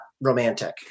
romantic